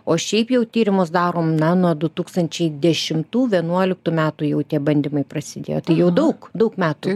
o šiaip jau tyrimus darom na nuo du tūkstančiai dešimtų vienuoliktų metų jau tie bandymai prasidėjo tai jau daug daug metų